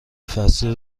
فصلی